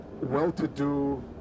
well-to-do